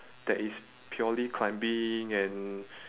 that is purely climbing and